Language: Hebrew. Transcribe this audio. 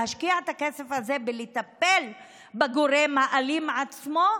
להשקיע את הכסף בלטפל בגורם האלים עצמו?